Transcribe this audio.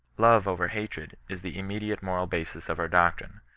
love over hatred, is the immediate moral basis of our doctrine.